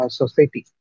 society